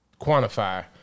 quantify